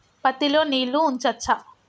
పత్తి లో నీళ్లు ఉంచచ్చా?